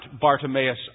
Bartimaeus